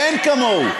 שאין כמוהו,